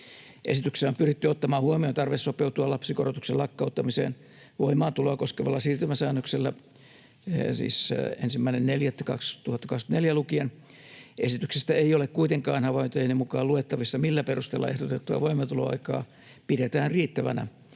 Esityksessä on pyritty ottamaan huomioon tarve sopeutua lapsikorotuksen lakkauttamiseen voimaantuloa koskevalla siirtymäsäännöksellä.” — Siis 1.4. 2024 lukien. — ”Esityksestä ei ole kuitenkaan havaintojeni mukaan luettavissa, millä perusteella ehdotettua voimaantuloaikaa pidetään riittävänä